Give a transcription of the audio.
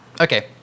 Okay